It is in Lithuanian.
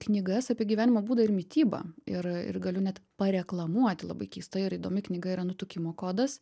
knygas apie gyvenimo būdą ir mitybą ir ir galiu net pareklamuoti labai keista ir įdomi knyga yra nutukimo kodas